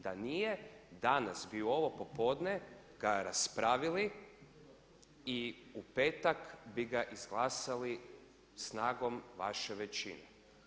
Da nije, danas bi u ovo popodne ga raspravili i u petak bi ga izglasali snagom vaše većine.